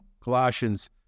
Colossians